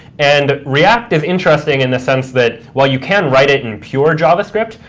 and react is interesting in the sense that while you can write it in pure javascript,